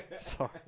Sorry